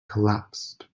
collapsed